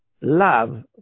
love